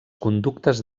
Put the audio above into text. conductes